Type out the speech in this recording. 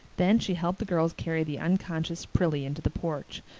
then she helped the girls carry the unconscious prillie into the porch,